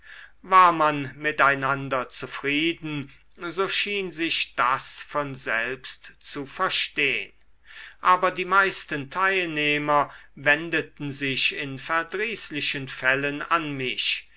war man mit einander zufrieden so schien sich das von selbst zu verstehn aber die meisten teilnehmer wendeten sich in verdrießlichen fällen an mich